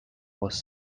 was